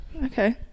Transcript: okay